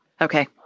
Okay